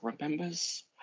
remembers